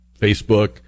Facebook